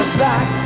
back